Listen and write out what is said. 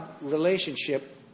relationship